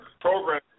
program